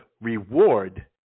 reward